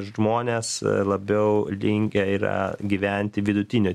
žmonės labiau linkę yra gyventi vidutinio